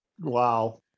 wow